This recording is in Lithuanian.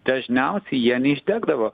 dažniausiai jie neišdegdavo